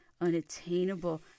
unattainable